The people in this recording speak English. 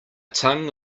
tongue